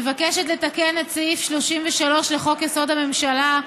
מבקשת לתקן את סעיף 33 לחוק-יסוד הממשלה,